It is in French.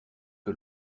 que